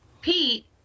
Pete